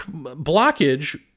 blockage